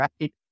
right